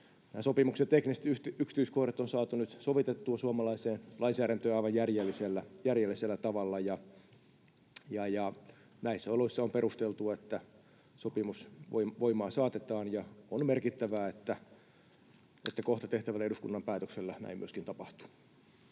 Sopimuksen tekniset yksityiskohdat on saatu nyt sovitettua suomalaiseen lainsäädäntöön aivan järjellisellä tavalla, ja näissä oloissa on perusteltua, että sopimus voimaan saatetaan, ja on merkittävää, että kohta tehtävällä eduskunnan päätöksellä näin myöskin tapahtuu.